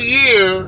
year